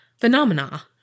phenomena